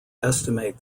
estimate